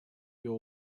your